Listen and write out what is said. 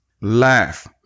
laugh